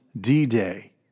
D-Day